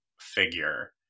figure